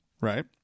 right